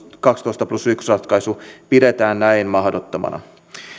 kaksitoista plus yksi ratkaisua pidetään näin mahdottomana